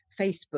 Facebook